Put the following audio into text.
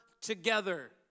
Together